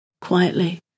quietly